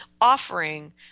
offering